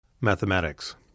Mathematics